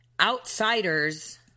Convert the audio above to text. outsiders